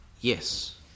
yes